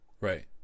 Right